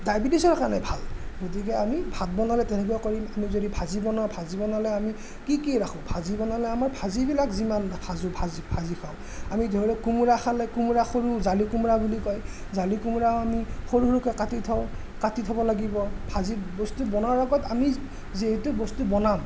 ডায়েবেটিছৰ কাৰণে ভাল গতিকে আমি ভাত বনালে তেনেকুৱা কৰি আমি যদি ভাজি বনাওঁ ভাজি বনালে আমি কি কি ৰাখোঁ ভাজি বনালে আমাৰ ভাজিবিলাক যিমান ভাজোঁ ভাজি ভাজি খাওঁ আমি ধৰি লওক কোমোৰা খালে কোমোৰা সৰু জালি কোমোৰা বুলি কয় জালি কোমোৰাও আমি সৰু সৰুকৈ কাটি থওঁ কাটি থ'ব লাগিব ভাজি বস্তু বনোৱাৰ আগত আমি যিটো বস্তু বনাম